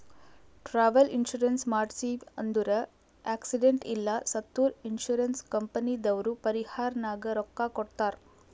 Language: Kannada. ಟ್ರಾವೆಲ್ ಇನ್ಸೂರೆನ್ಸ್ ಮಾಡ್ಸಿವ್ ಅಂದುರ್ ಆಕ್ಸಿಡೆಂಟ್ ಇಲ್ಲ ಸತ್ತುರ್ ಇನ್ಸೂರೆನ್ಸ್ ಕಂಪನಿದವ್ರು ಪರಿಹಾರನಾಗ್ ರೊಕ್ಕಾ ಕೊಡ್ತಾರ್